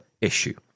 issue